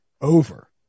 over